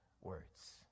words